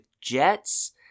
jets